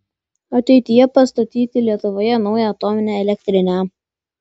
ateityje pastatyti lietuvoje naują atominę elektrinę